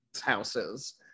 houses